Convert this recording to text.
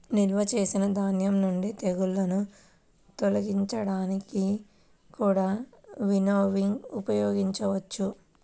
నిల్వ చేసిన ధాన్యం నుండి తెగుళ్ళను తొలగించడానికి కూడా వినోవింగ్ ఉపయోగించవచ్చు